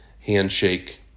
Handshake